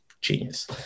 genius